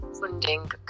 funding